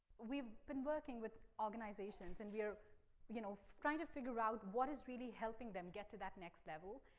we've been working with organizations and we are you know trying to figure out what is really helping them get to that next level.